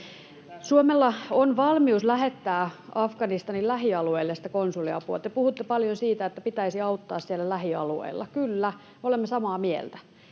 Suomella on valmius lähettää Afganistanin lähialueille sitä konsuliapua. Te puhutte paljon siitä, että pitäisi auttaa siellä lähialueilla. Kyllä, olemme samaa mieltä.